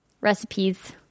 recipes